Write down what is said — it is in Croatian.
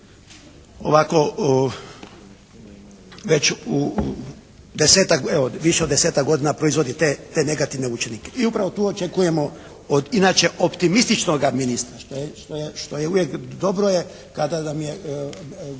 ovako već u desetak, evo više od desetak godina proizvodi te negativne učenike i upravo tu očekujemo od inače optimističnoga ministra što je uvijek, dobro je kada nam je